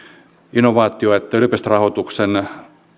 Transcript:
innovaatio että yliopistorahoituksen